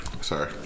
Sorry